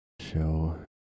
show